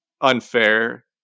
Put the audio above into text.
unfair